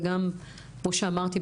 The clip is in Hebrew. וגם כמו שאמרתי,